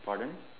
pardon